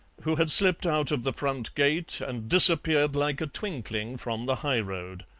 who had slipped out of the front gate and disappeared like a twinkling from the high road.